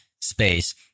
space